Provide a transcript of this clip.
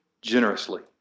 generously